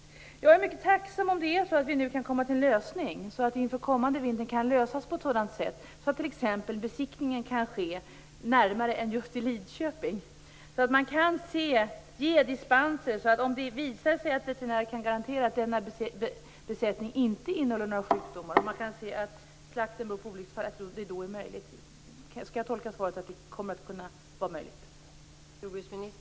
Jag är mycket tacksam om vi inför den kommande vintern kan komma fram till en sådan lösning att t.ex. besiktningen kan ske närmare än just i Lidköping och att man kan ge dispenser om det visar sig att veterinären kan garantera att denna besättning inte innehåller några sjukdomar och att man kan se att slakten beror på olycksfall. Skall jag tolka svaret som att det kommer att vara möjligt?